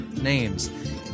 names